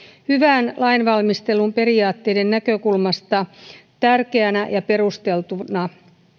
hyvän lainvalmistelun periaatteiden näkökulmasta tärkeänä ja perusteltuna